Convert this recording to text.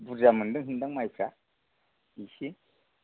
बुरजा मोनदोंदां माइफ्रा एसे